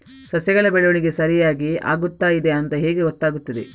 ಸಸ್ಯಗಳ ಬೆಳವಣಿಗೆ ಸರಿಯಾಗಿ ಆಗುತ್ತಾ ಇದೆ ಅಂತ ಹೇಗೆ ಗೊತ್ತಾಗುತ್ತದೆ?